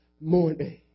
morning